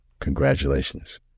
Congratulations